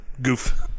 Goof